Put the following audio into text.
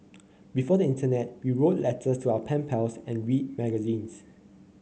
before the internet we wrote letters to our pen pals and read magazines